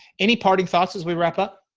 any parting thoughts as we wrap up.